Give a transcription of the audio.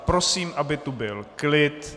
Prosím, aby tu byl klid.